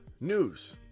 news